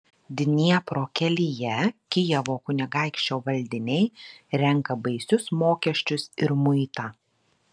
dniepro kelyje kijevo kunigaikščio valdiniai renka baisius mokesčius ir muitą